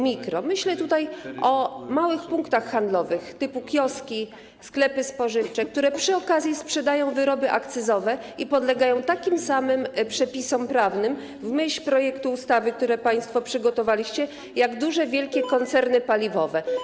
Myślę tutaj o małych punktach handlowych typu kioski, sklepy spożywcze, które przy okazji sprzedają wyroby akcyzowe i podlegają takim samym przepisom prawnym w myśl projektu ustawy, który państwo przygotowaliście, jak wielkie koncerny paliwowe.